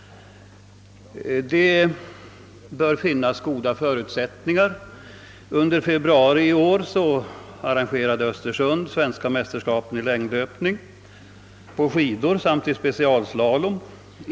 Det bör finnas goda förutsättningar att anordna spelen. Under februari i år arrangerade Östersund svenska mästerskapen i längdlöpning på skidor samt i specialslalom.